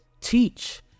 teach